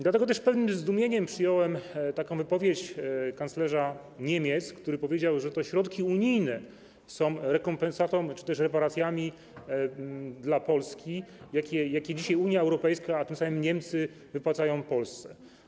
Dlatego też z pewnym zdumieniem przyjąłem wypowiedź kanclerza Niemiec, który stwierdził, że to środki unijne są rekompensatą czy też reparacjami dla Polski, jakie dzisiaj Unia Europejska, a tym samym Niemcy, wypłaca Polsce.